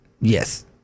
Yes